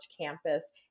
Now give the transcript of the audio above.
campus